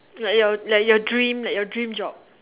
like your like your dream like your dream job